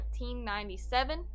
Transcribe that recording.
1997